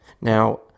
Now